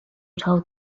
told